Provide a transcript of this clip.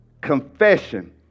confession